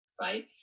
right